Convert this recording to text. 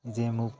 যে মোক